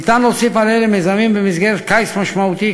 ניתן להוסיף על אלה מיזמים במסגרת "קיץ משמעותי",